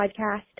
podcast